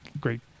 great